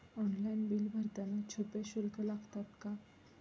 Online bill भरताना छुपे शुल्क लागतात का?